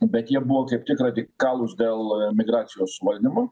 bet jie buvo kaip tik radikalūs dėl migracijos valdymo